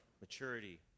Maturity